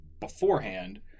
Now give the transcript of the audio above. beforehand